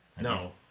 No